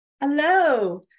Hello